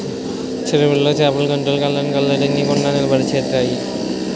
చెరువులో చేపలు గెంతులు కళ్ళను కదలనివ్వకుండ నిలకడ చేత్తాయి